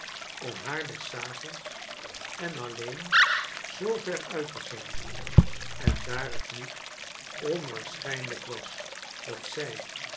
om haar des avonds en alleen zoover uit te zenden en daar het niet onwaarschijnlijk was dat zij